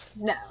No